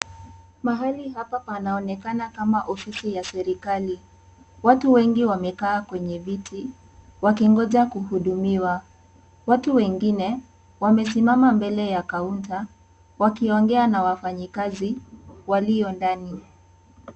Mahali hapa panaonekana kwa ofisi ya serikali. Watu wengi wamekaa kwenye viti wakingoja kuhudumiwa. Watu wengine wamesimama mbele ya kaunta wakiongea na wafanyakazi walio ndani.